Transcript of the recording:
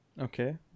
Okay